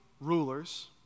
rulers